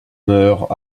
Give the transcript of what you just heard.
meurt